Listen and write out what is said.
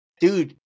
Dude